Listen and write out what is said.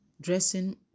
dressing